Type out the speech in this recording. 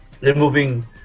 removing